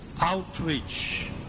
outreach